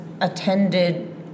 attended